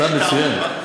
הצעה מצוינת.